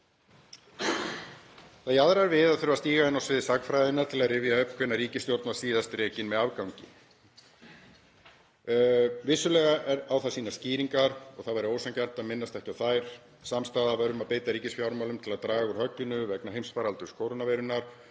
Það jaðrar við að þurfi að stíga inn á svið sagnfræðinnar til að rifja upp hvenær ríkissjóður var síðast rekinn með afgangi. Vissulega á það sínar skýringar og það væri ósanngjarnt að minnast ekki á þær. Samstaða var um að beita ríkisfjármálum til að draga úr högginu vegna heimfaraldurs kórónuveirunnar